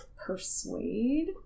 persuade